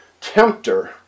tempter